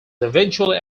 eventually